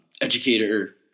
educator